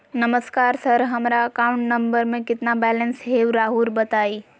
नमस्कार सर हमरा account number में कितना बैलेंस हेई राहुर बताई?